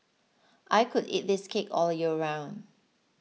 I could eat this cake all year round